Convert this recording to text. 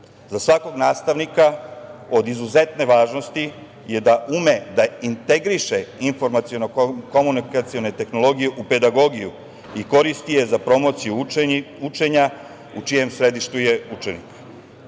Za svakog nastavnika od izuzetne važnosti je da ume da integriše informaciono-komunikacione tehnologije u pedagogiju i da je koristi za promociju učenja u čijem središtu je učenik. Iz